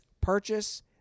purchase